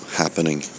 happening